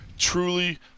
Truly